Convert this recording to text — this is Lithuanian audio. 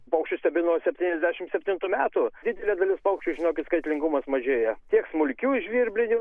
paukščius stebiu nuo septyniasdešimt septintų metų didelė dalis paukščių žinokit skaitlingumas mažėja tiek smulkių žvirblinių